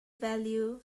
value